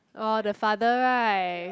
oh the father right